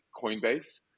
Coinbase